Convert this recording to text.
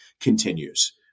continues